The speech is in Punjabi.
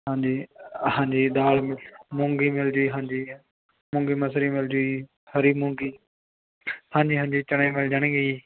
ਹਾਂਜੀ ਹਾਂਜੀ ਦਾਲ ਮੂੰਗੀ ਮਿਲਦੀ ਹਾਂਜੀ ਮੂੰਗੀ ਮਸਰੀ ਮਿਲਜੂ ਜੀ ਹਰੀ ਮੂੰਗੀ ਹਾਂਜੀ ਹਾਂਜੀ ਚਨੇ ਮਿਲ ਜਾਣਗੇ ਜੀ